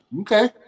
Okay